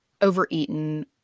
overeaten